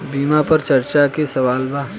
बीमा पर चर्चा के सवाल बा?